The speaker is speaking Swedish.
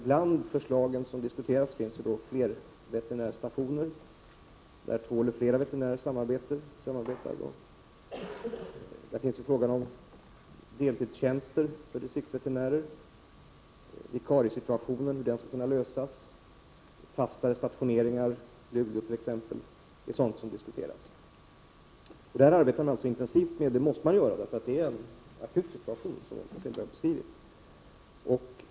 Bland de förslag som diskuteras finns flerveterinärstationer, där två eller flera veterinärer samarbetar, deltidstjänster som distriktsveterinär, fastare stationering till t.ex. Luleå samt förslag till hur vikariesituationen skall kunna lösas. Man arbetar intensivt, och det måste man göra därför att krisen är akut, som Åke Selberg beskrev.